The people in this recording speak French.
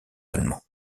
allemands